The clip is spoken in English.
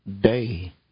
day